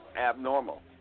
abnormal